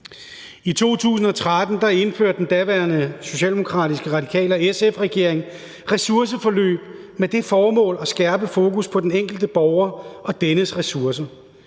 I 2013 indførte den daværende regering bestående af Socialdemokratiet, De Radikale og SF ressourceforløb med det formål at skærpe fokus på den enkelte borger og dennes ressourcer.